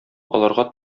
аларга